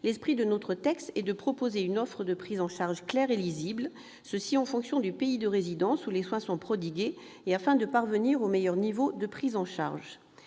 Ainsi, notre texte prévoit une offre de prise en charge claire et lisible en fonction du pays de résidence où les soins sont prodigués, afin de parvenir au meilleur niveau de prise en charge.